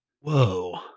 Whoa